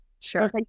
sure